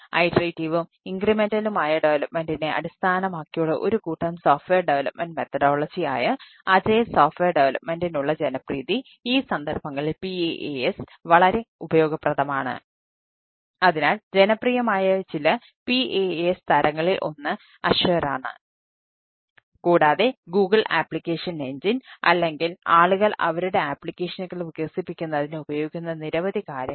PaaS അനുയോജ്യമാകാൻ ഉണ്ടാകാനിടയില്ലാത്ത സാഹചര്യങ്ങൾ